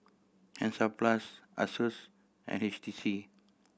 Hansaplast Asus and H T C